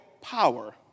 power